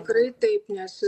tikrai taip nes